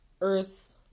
Earth